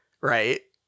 Right